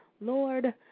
Lord